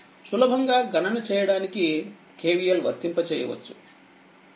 సులభంగా గణన చేయడానికి KVL వర్తింప చేయవచ్చు